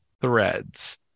threads